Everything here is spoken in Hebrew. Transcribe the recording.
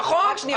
נכון,